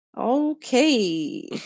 Okay